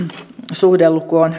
suhdeluku on